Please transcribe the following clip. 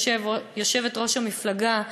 יושבת-ראש המפלגה,